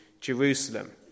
Jerusalem